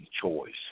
choice